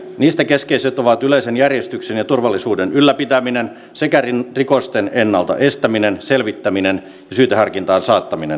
niistä keskeiset ovat yleisen järjestyksen ja turvallisuuden ylläpitäminen sekä rikosten ennalta estäminen selvittäminen ja syyteharkintaan saattaminen